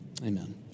amen